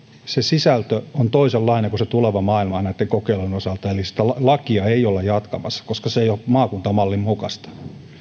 se sisältö toisenlainen kuin se tuleva maailma näitten kokeilujen osalta eli sitä lakia ei olla jatkamassa koska se ei ole maakuntamallin mukaista